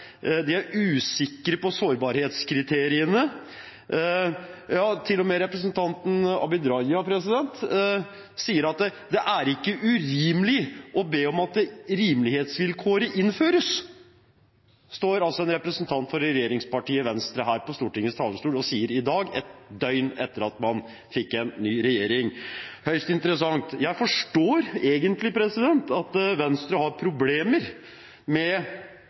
de er usikre på sårbarhetskriteriene. Ja, til og med representanten Abid Q. Raja sier at det ikke er urimelig å be om at rimelighetsvilkåret innføres. Det står altså en representant for regjeringspartiet Venstre her på Stortingets talerstol og sier i dag, et døgn etter at man fikk en ny regjering – høyst interessant. Jeg forstår egentlig at Venstre har problemer med å bli enig med